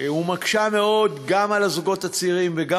ומקשה מאוד גם על הזוגות הצעירים וגם